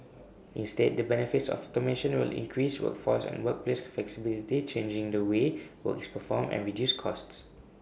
instead the benefits of automation will increase workforce and workplace flexibility change the way work is performed and reduce costs